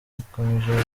bikomeje